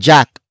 Jack